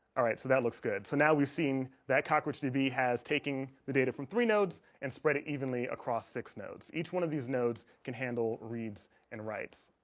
right, so that looks good, so now. we've seen that cockroach db has taking the data from three nodes and spread it. evenly across six nodes each one of these nodes can handle reads and writes